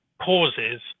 pauses